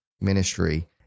ministry